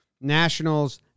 Nationals